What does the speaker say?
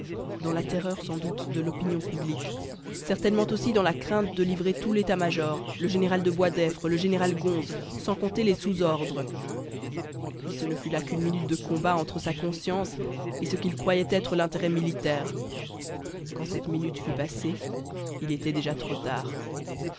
dans la terreur sans doute de l'opinion publique certainement aussi dans la crainte de livrer tout l'état major le général de boisdeffre le général gonse sans compter les sous ordres puis ce ne fut là qu'une minute de combat entre sa conscience et ce qu'il croyait être l'intérêt militaire quand cette minute fut passée il était déjà trop tard